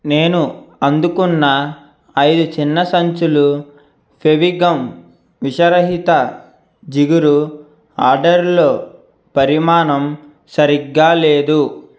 నేను అందుకున్న ఐదు చిన్న సంచులు ఫెవిగమ్ విషరహిత జిగురు ఆర్డర్లో పరిమాణం సరిగ్గా లేదు